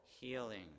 healing